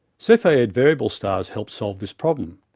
cephid variable stars helped solve this problem,